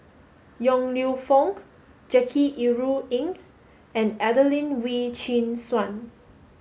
Yong Lew Foong Jackie Yi Ru Ying and Adelene Wee Chin Suan